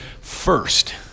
first